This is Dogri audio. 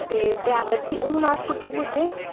ते ड्रैबर जी हून अस कुत्थै पुज्जे